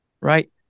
right